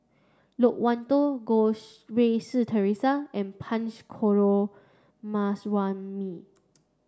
Loke Wan Tho Goh Rui Si Theresa and Punch Coomaraswamy